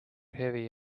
heavy